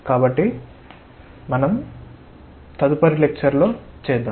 కాబట్టి మనం తదుపరి లెక్చర్ లో చేస్తాము